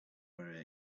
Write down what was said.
very